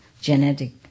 genetic